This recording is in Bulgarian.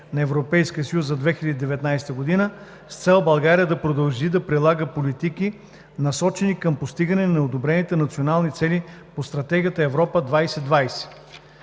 на Европейския съюз за 2019 г., с цел България да продължи да прилага политики, насочени към постигането на одобрените национални цели по Стратегия „Европа 2020“.